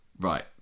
right